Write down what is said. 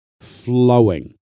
flowing